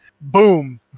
boom